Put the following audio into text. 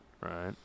right